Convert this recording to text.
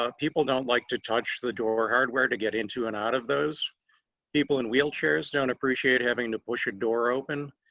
ah people don't like to touch the door hardware to get into and out of those people in wheelchairs don't appreciate having to push your door open,